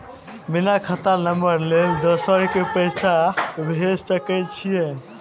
बिना खाता नंबर लेल दोसर के पास पैसा भेज सके छीए?